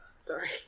Sorry